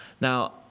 now